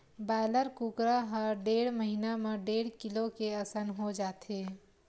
broiler कुकरा ह डेढ़ महिना म डेढ़ किलो के असन हो जाथे